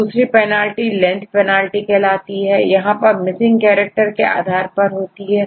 दूसरी penalty length penalty कहलाती है यहां पर मिसिंग कैरेक्टर के नंबर के आधार पर होती है